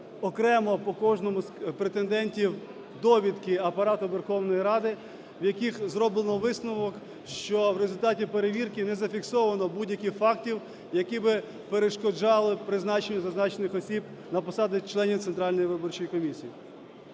окремо по кожного з претендентів довідки Апарату Верховної Ради, в яких зроблено висновок, що в результаті перевірки не зафіксовано будь-яких фактів, які би перешкоджали призначенню зазначених осіб на посади членів Центральної виборчої комісії.